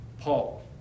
Paul